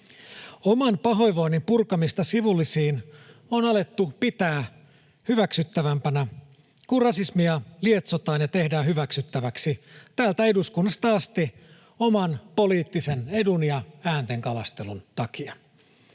Oman pahoinvoinnin purkamista sivullisiin on alettu pitää hyväksyttävämpänä, kun rasismia lietsotaan ja tehdään hyväksyttäväksi täältä eduskunnasta asti, oman poliittisen edun ja ääntenkalastelun takia.